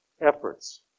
efforts